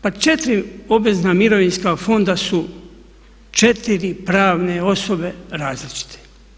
Pa 4 obvezna mirovinska fonda su 4 pravne osobe različite.